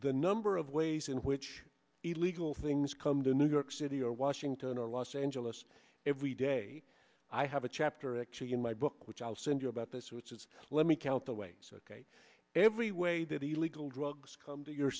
the number of ways in which illegal things come to new york city or washington or los angeles every day i have a chapter actually in my book which i'll send you about this which is let me count the weights ok every way that illegal drugs come to your